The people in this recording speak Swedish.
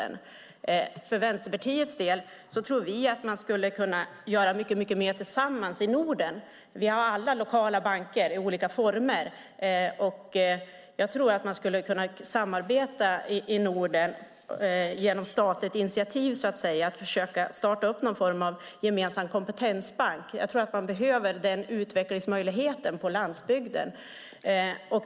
Vi från Vänsterpartiet tror att man skulle kunna göra mycket mer tillsammans i Norden. Vi har alla lokala banker i olika former. Jag tror att man skulle kunna samarbeta i Norden genom ett statligt initiativ och försöka starta någon form av gemensam kompetensbank. Jag tror att man behöver denna utvecklingsmöjlighet på landsbygden.